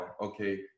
okay